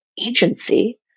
agency